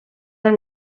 nel